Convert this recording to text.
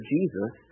Jesus